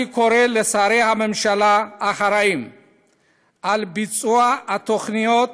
אני קורא לשרי הממשלה האחראים לביצוע התוכניות